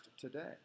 today